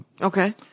Okay